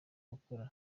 gukora